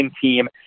team